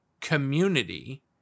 community